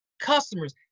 customers